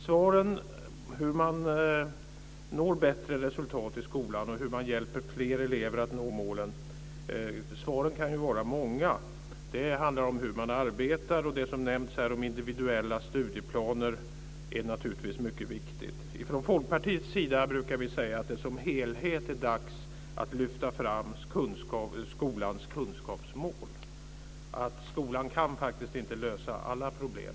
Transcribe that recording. Svaren på frågan om hur man når bättre resultat i skolan och hur man hjälper fler elever att nå målen kan ju vara många. Det handlar om hur man arbetar. Det som nämnts här om individuella studieplaner är naturligtvis mycket viktigt. Från Folkpartiets sida brukar vi säga att det som helhet är dags att lyfta fram skolans kunskapsmål. Skolan kan faktiskt inte lösa alla problem.